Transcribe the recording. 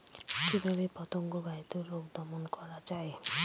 কিভাবে পতঙ্গ বাহিত রোগ দমন করা যায়?